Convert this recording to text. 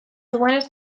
duenez